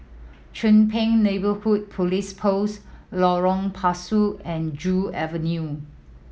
Chong Pang Neighbourhood Police Post Lorong Pasu and Joo Avenue